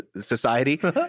society